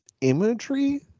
imagery